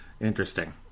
interesting